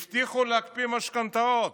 הבטיחו להקפיא משכנתאות.